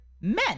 men